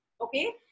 okay